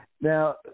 Now